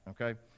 okay